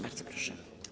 Bardzo proszę.